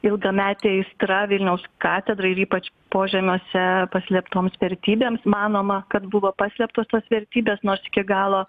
ilgametė aistra vilniaus katedrai ir ypač požemiuose paslėptoms vertybėms manoma kad buvo paslėptos tos vertybės nors iki galo